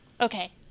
Okay